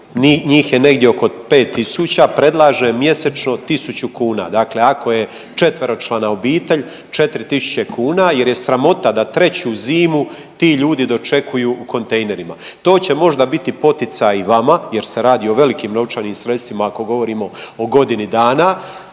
njih je negdje oko 5 tisuća, predlažem mjesečno tisuću kuna. Dakle, ako je četveročlana obitelj 4 tisuće kuna, jer je sramota da treću zimu ti ljudi dočekuju u kontejnerima. To će možda biti poticaj i vama, jer se radi o velikim novčanim sredstvima ako govorimo o godini dana